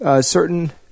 certain